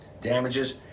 damages